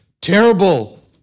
terrible